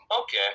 Okay